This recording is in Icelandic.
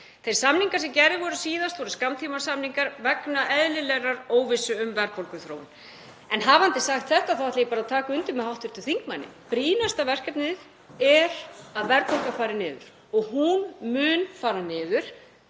Þeir samningar sem gerðir voru síðast voru skammtímasamningar vegna eðlilegrar óvissu um verðbólguþróun. En hafandi sagt þetta þá ætla ég bara að taka undir með hv. þingmanni: Brýnasta verkefnið er að verðbólga fari niður, og hún mun fara niður.